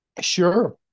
Sure